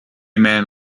man